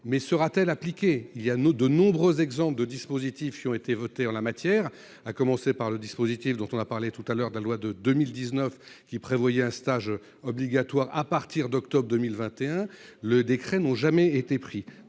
mais sera-t-elle appliquée, il y a nous, de nombreux exemples de dispositifs qui ont été votées en la matière, à commencer par le dispositif dont on a parlé tout à l'heure de la loi de 2019 qui prévoyaient un stage obligatoire à partir d'octobre 2021, le décret n'ont jamais été pris